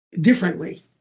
differently